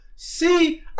See